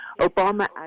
Obama